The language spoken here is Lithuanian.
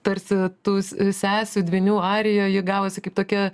tarsi tų sesių dvynių arijoj ji gavosi kaip tokia